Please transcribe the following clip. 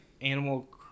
animal